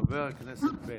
חבר הכנסת בליאק.